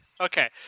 Okay